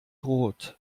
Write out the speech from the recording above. rot